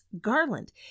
garland